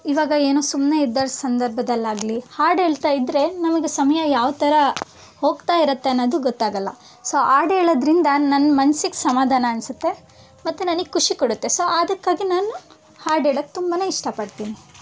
ಇವಾಗ ಏನೋ ಸುಮ್ಮನೆ ಇದ್ದ ಸಂದರ್ಭದಲ್ಲಾಗಲಿ ಹಾಡು ಹೇಳ್ತಾ ಇದ್ದರೆ ನಮಗೆ ಸಮಯ ಯಾವ ಥರ ಹೋಗ್ತಾ ಇರುತ್ತೆ ಅನ್ನೋದು ಗೊತ್ತಾಗೋಲ್ಲ ಸೊ ಹಾಡ್ ಹೇಳೋದ್ರಿಂದ ನನ್ನ ಮನ್ಸಿಗೆ ಸಮಾಧಾನ ಅನಿಸುತ್ತೆ ಮತ್ತು ನನಗೆ ಖುಷಿ ಕೊಡುತ್ತೆ ಸೊ ಅದಕ್ಕಾಗಿ ನಾನು ಹಾಡು ಹೇಳಕ್ಕೆ ತುಂಬಾ ಇಷ್ಟಪಡ್ತೀನಿ